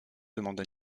demanda